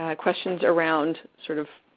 ah questions around sort of,